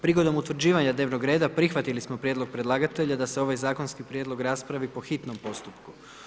Prigodom utvrđivanja dnevnog reda prihvatili smo prijedlog predlagatelja da se ovaj zakonski prijedlog raspravi po hitnom postupku.